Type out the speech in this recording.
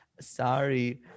Sorry